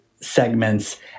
segments